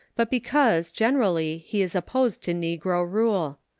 but because, generally, he is opposed to negro rule.